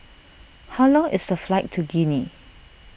how long is the flight to Guinea